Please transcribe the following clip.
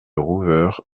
rouveure